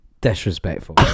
Disrespectful